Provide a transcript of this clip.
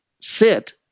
sit